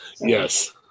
Yes